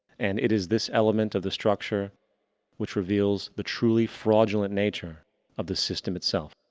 and it is this element of the structure which reveals the truly fraudulent nature of the system itself.